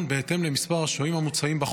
בהתאם למספר השוהים המוצעים בחוק